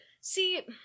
see